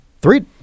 Three